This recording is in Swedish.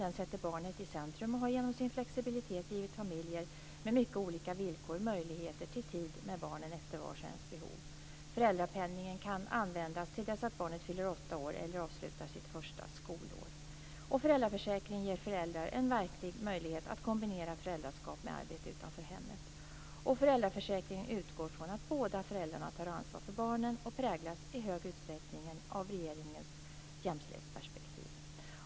Den sätter barnet i centrum och har genom sin flexibilitet givit familjer med mycket olika villkor möjligheter till tid med barnen efter vars och ens behov. Föräldrapenningen kan användas till dess att barnet fyller åtta år eller avslutar sitt första skolår. Föräldraförsäkringen ger föräldrar en verklighet möjlighet att kombinera föräldraskap med arbete utanför hemmet. Föräldraförsäkringen utgår från att båda föräldrarna tar ansvar för barnen och präglas i stor utsträckning av regeringens jämställdhetsperspektiv.